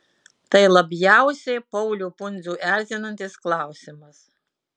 tai labiausiai paulių pundzių erzinantis klausimas